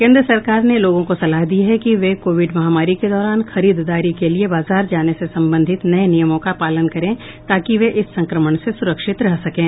केन्द्र सरकार ने लोगों को सलाह दी है कि वे कोविड महामारी के दौरान खरीददारी के लिए बाजार जाने से संबंधित नये नियमों का पालन करें ताकि वे इस संक्रमण से सुरक्षित रह सकें